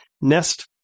Nest